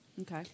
Okay